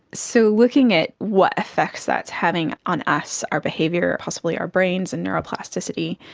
so looking at what effects that is having on us, our behaviour, possibly our brains and neuroplasticity,